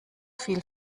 viel